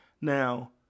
Now